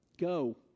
Go